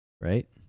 right